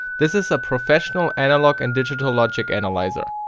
this is a professional analog and digital logic analyzer.